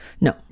No